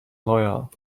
loyal